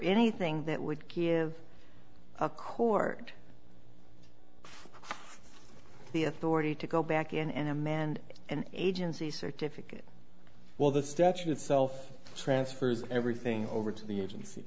anything that would give a court the authority to go back in and a manned an agency certificate well the statute itself transfers everything over to the agency